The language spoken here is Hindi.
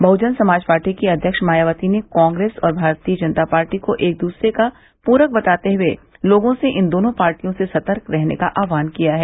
बहुजन समाज पार्टी की अध्यक्ष मायावती ने कांग्रेस और भारतीय जनता पार्टी को एक दूसरे का पूरक बताते हुए लोगों से इन दोनों पार्टियों से सर्तक रहने का आह्वान किया है